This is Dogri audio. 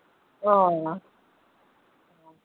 हां